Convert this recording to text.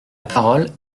parole